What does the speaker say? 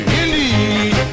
indeed